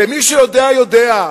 ומי שיודע יודע,